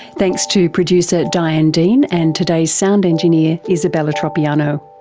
thanks to producer diane dean and today's sound engineer, isabella tropiano.